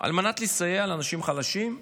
על מנת לסייע לאנשים חלשים,